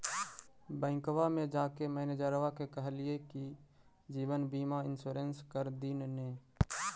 बैंकवा मे जाके मैनेजरवा के कहलिऐ कि जिवनबिमा इंश्योरेंस कर दिन ने?